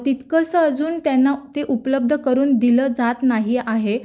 तितकंसं अजून त्यांना ते उपलब्ध करून दिलं जात नाही आहे